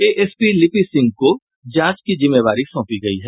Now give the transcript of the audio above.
ASP Lipi Singh को जांच की जिम्मेवारी सौंपी गयी है